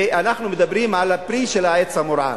ואנחנו מדברים על הפרי של העץ המורעל,